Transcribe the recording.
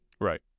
Right